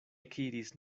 ekiris